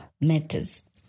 matters